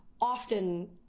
often